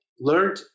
learned